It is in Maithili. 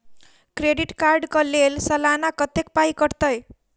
क्रेडिट कार्ड कऽ लेल सलाना कत्तेक पाई कटतै?